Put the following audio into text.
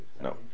No